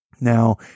Now